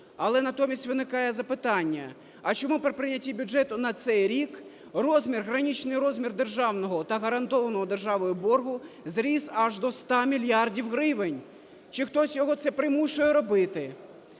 Але натомість виникає запитання, а чому при прийнятті бюджету на цей рік розмір, граничний розмір державного та гарантованого державою боргу зріс аж до 100 мільярдів гривень? Чи хтось його це примушує робити?